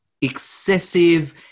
excessive